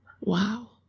Wow